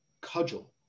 cudgel